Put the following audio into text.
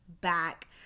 back